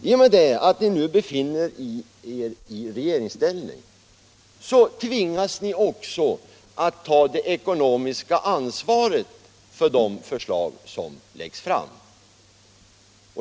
I och med att ni nu befinner er i regeringsställning tvingas ni också att ta det ekonomiska ansvaret för de förslag som läggs fram.